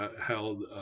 held